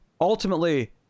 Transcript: ultimately